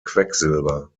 quecksilber